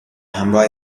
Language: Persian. همراه